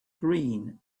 green